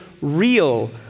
real